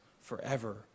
forever